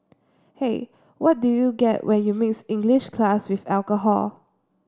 hey what do you get when you mix English class with alcohol